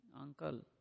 uncle